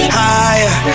higher